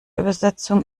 übersetzung